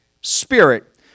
spirit